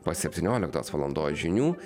po septynioliktos valandos žinių